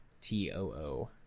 T-O-O